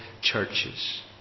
churches